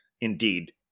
indeed